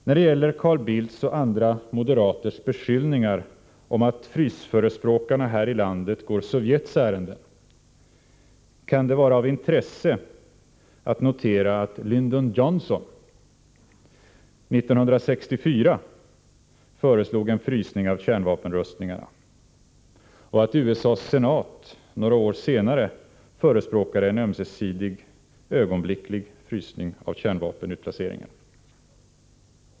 När det gäller Carl Bildts och andra moderaters beskyllningar om att frysförespråkarna här i landet går Sovjets ärenden kan det vara av intresse att notera att Lyndon Johnson 1964 föreslog en frysning av kärnvapenrustningarna och att USA:s senat några år senare förespråkade en ömsesidig ögonblicklig frysning av kärnvapenutplaceringen.